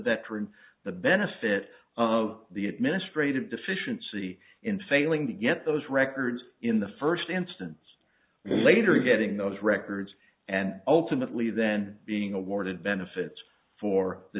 veteran the benefit of the administrative deficiency in failing to get those records in the first instance later getting those records and ultimately then being awarded benefits for the